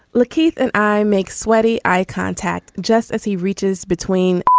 look keith and i make sweaty eye contact just as he reaches between